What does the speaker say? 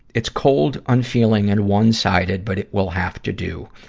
it's cold, unfeeling, and one-sided but it will have to do.